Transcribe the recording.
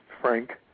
frank